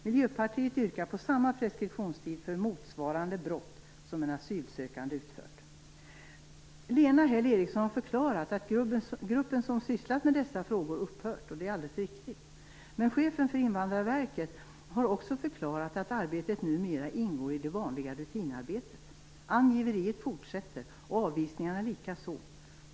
Miljöpartiet yrkar på samma preskriptionstid för motsvarande "brott" som en asylsökande utfört. Lena Häll Eriksson har förklarat att gruppen som sysslat med dessa frågor upphört, och det är alldeles riktigt. Men chefen för Invandrarverket har också förklarat att arbetet numera ingår i det vanliga rutinarbetet. Angiveriet fortsätter och avvisningarna likaså.